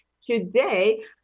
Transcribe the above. Today